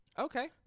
Okay